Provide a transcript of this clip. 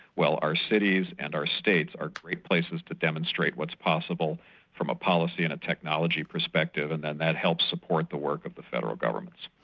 well, our cities and our states are great places to demonstrate what's possible from a policy and a technology perspective, and then that helps support the work of the federal governments.